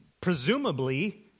presumably